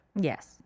Yes